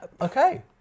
Okay